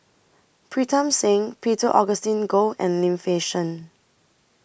Pritam Singh Peter Augustine Goh and Lim Fei Shen